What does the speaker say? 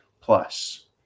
plus